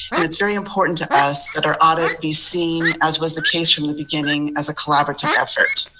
and it's very important to us that our audit be seen as was the case from the beginning as a collaborative effort.